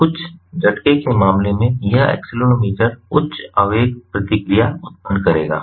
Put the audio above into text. तो कुछ झटके के मामले में यह एक्सेलेरोमीटर उच्च आवेग प्रतिक्रिया उत्पन्न करेगा